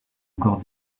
encore